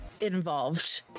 involved